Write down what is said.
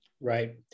Right